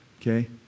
Okay